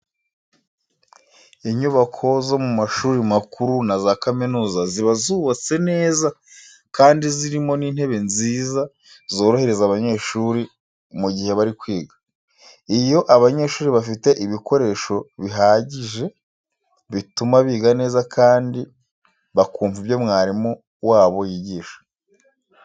Inyubako zo mu mashuri makuru na za kaminuza ziba zubatse neza kandi zirimo n'intebe nziza zorohereza abanyeshuri mu gihe bari kwiga. Iyo abanyeshuri bafite ibikoresho bihagije bituma biga neza kandi bakumva ibyo mwarimu wabo yigisha.